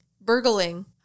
Burgling